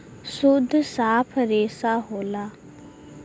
सुद्ध साफ रेसा होला